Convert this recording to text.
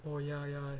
oh ya ya